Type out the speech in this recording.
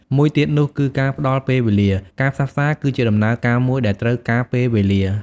មួយទៀតនោះគឺការផ្ដល់ពេលវេលា ការផ្សះផ្សាគឺជាដំណើរការមួយដែលត្រូវការពេលវេលា។